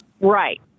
right